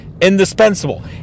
indispensable